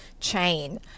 chain